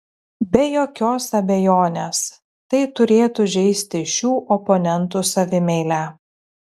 be jokios abejonės tai turėtų žeisti šių oponentų savimeilę